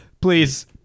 please